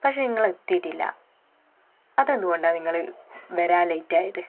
പക്ഷേ ഇങ്ങള് എത്തിയിട്ടില്ല അതെന്തുകൊണ്ടാണ് നിങ്ങൾ വരാൻ ലേറ്റ് ആയത്